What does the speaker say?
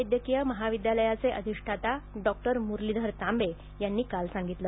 वैद्यकीय महाविद्यालयाचे अधिष्ठाता डॉक्टर म्रलीधर तांबे यांनी काल सांगितलं